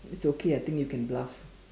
it's okay I think you can bluff